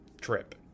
trip